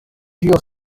ĉio